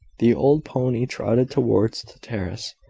the old pony trotted towards the terrace,